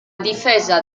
difesa